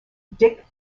dick